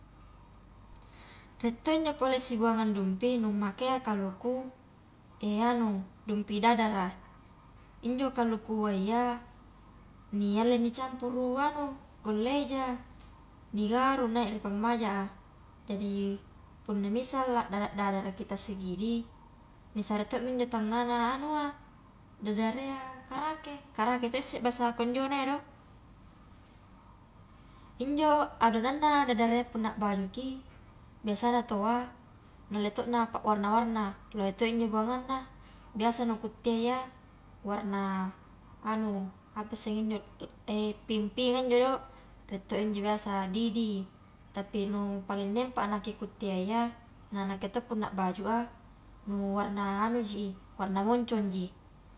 Rie to injo pole sibuangang dumpi nu makea kaluku anu dumpi dadara, injo kalukua ia ni alle ni campuru anu golla eja, digaru naik ri pammaja a, jadi punna misal a dada-dadaraki tassikidi nisare to mi injo tangana anua dadara iya karake, karake to isse injo bahasa konjona iya do, injo adonanna dadarayya punna bajuki biasana taua nulle to napawarna-warna lohe to injo buanganna, biasa nu kuittea iya warna anu apasseng injo ping-pinga injo do, rie to injo biasa didi, tapi nu paling nie parakki ku ittea iya na nakke to punna bajua nu warna anu ji i warna moncongji.